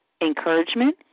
encouragement